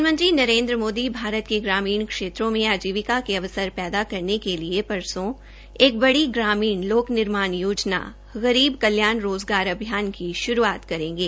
प्रधानमंत्री नरेन्द्र मोदी भारत के गरीब क्षेत्रों में आजीविका के अवसर पैदा करने के लिए परसो एक बड़ी ग्रामीण लोक निर्माण योजना गरीब कल्याण रोज़गार अभियान की शुरूआत करेंगे